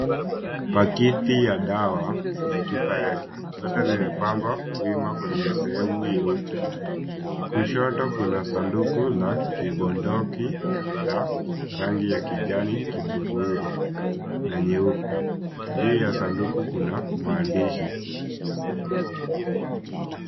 Pakiti ya dawa na chupa yake, zote zimepangwa wima kwenye sehemu nyeupe. Kushoto kuna sanduku la kibondoki la rangi ya kijani kibichi na nyeupe. Juu ya sanduku kuna maandishi.